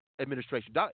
administration